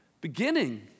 beginning